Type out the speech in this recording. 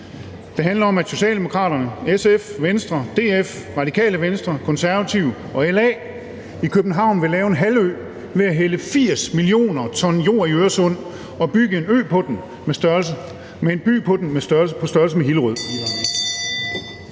Det handler om, at Socialdemokraterne, SF, Venstre, DF, Radikale Venstre, Konservative og LA i København vil lave en halvø ved at hælde 80 mio. t jord i Øresund og bygge en by på den på størrelse med Hillerød.